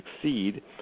succeed